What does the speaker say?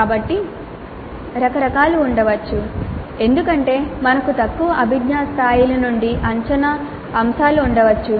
కాబట్టి రకరకాలు ఉండవచ్చు ఎందుకంటే మనకు తక్కువ అభిజ్ఞా స్థాయిల నుండి అంచనా అంశాలు ఉండవచ్చు